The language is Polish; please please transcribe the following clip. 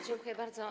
Dziękuję bardzo.